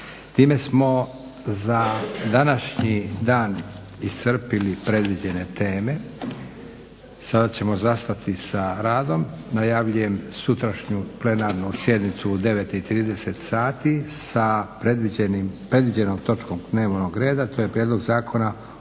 Time smo za današnji dan iscrpili predviđene teme. Sada ćemo zastati sa radom. Najavljujem sutrašnju plenarnu sjednicu u 9,30 sati sa predviđenom točkom dnevnog reda, to je Prijedlog Zakona